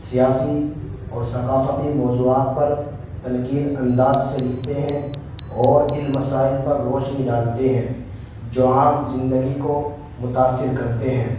سیاسی اور ثکافتی موضوعات پر تنقیدی انداز سے لکھتے ہیں اور ان مسائل پر روشنی ڈالتے ہیں جو عام زندگی کو متاثر کرتے ہیں